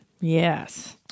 Yes